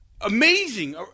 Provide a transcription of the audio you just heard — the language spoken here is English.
Amazing